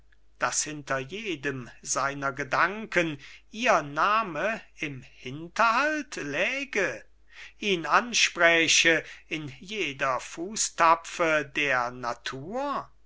daß hinter jedem seiner gedanken ihr name im hinterhalt läge ihn anspräche in jeder fußtapfe der natur